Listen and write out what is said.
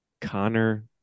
Connor